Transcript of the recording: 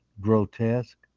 grotesque